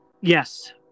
Yes